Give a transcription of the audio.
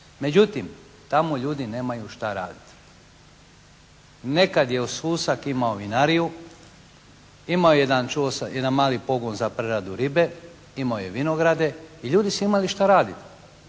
Međutim, tamo ljudi nemaju šta raditi. Nekad je Susak imao vinariju, imao je čuo sam jedan mali pogon za preradu ribe, imao je vinograde i ljudi su imali šta raditi.